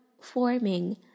forming